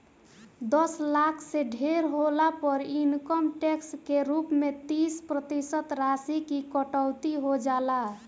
दस लाख से ढेर होला पर इनकम टैक्स के रूप में तीस प्रतिशत राशि की कटौती हो जाला